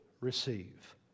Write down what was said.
receive